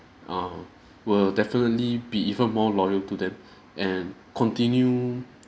err will definitely be even more loyal to them and continue